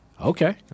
Okay